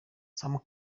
some